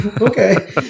okay